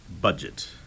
budget